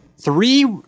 three